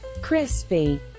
Crispy